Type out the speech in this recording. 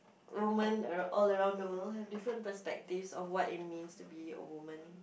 women ar~ all around the world have different perspectives of what it means to be a woman